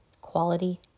Quality